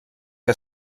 que